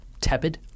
tepid